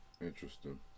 interesting